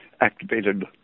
activated